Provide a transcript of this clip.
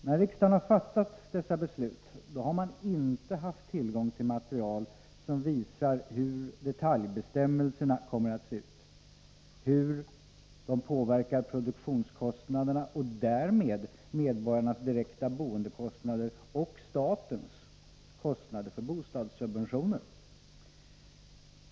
När riksdagen har fattat dessa beslut har man inte haft tillgång till material som visar hur detaljbestämmelserna kommer att se ut, hur de påverkar produktionskostnaderna och därmed medborgarnas direkta boendekostnader och statens kostnader för bostadssubventioner.